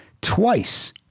twice